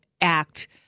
Act